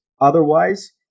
Otherwise